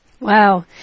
Wow